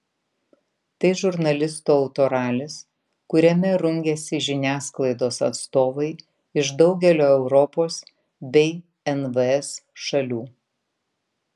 tai žurnalistų autoralis kuriame rungiasi žiniasklaidos atstovai iš daugelio europos bei nvs šalių